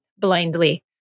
blindly